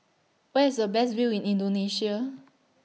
Where IS A Best View in Indonesia